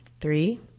Three